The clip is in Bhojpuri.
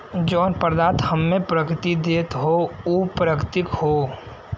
जौन पदार्थ हम्मे प्रकृति देत हौ उ प्राकृतिक हौ